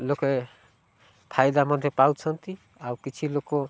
ଲୋକେ ଫାଇଦା ମଧ୍ୟ ପାଉଛନ୍ତି ଆଉ କିଛି ଲୋକ